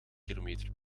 kilometer